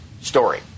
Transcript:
story